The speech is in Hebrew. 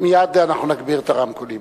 מייד אנחנו נגביר את הרמקולים.